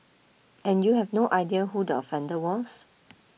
and you have no idea who the offender was